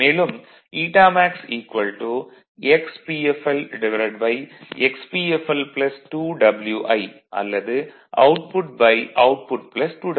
மேலும் ηmax XpflXpfl 2 Wi அல்லது அவுட்புட்அவுட்புட்2 W i